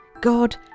God